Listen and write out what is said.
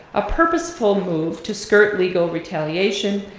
a purposeful move to skirt legal retaliation,